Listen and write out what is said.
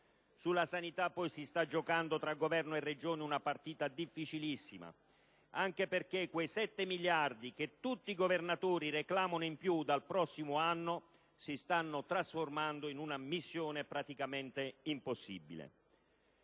Sulla sanità poi si sta giocando tra Governo e Regioni una partita difficilissima, anche perché quei 7 miliardi in più che tutti i governatori reclamano dal prossimo anno si stanno praticamente trasformando in una missione impossibile.